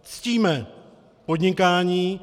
Ctíme podnikání.